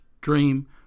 dream